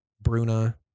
Bruna